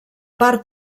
part